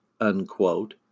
unquote